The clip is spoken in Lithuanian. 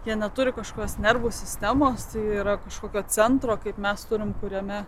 jie neturi kažkokios nervų sistemos yra kažkokio centro kaip mes turime kuriame